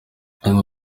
bamwe